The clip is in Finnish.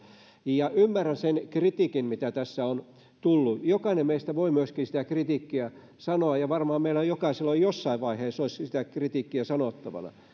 ja ymmärrän sen kritiikin mitä tässä on tullut jokainen meistä voi myöskin sitä kritiikkiä sanoa ja varmaan meillä jokaisella jossain vaiheessa olisi sitä kritiikkiä sanottavana